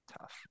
tough